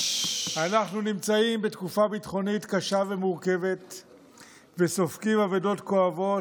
אנחנו נמצאים בתקופה ביטחונית קשה ומורכבת וסופגים אבדות כואבות,